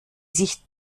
sich